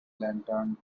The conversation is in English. lantern